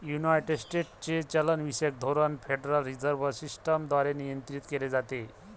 United स्टेट्सचे चलनविषयक धोरण फेडरल रिझर्व्ह सिस्टम द्वारे नियंत्रित केले जाते